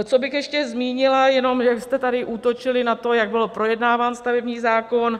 Co bych ještě zmínila, jenom jak jste tady útočili na to, jak byl projednáván stavební zákon.